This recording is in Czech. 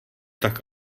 tak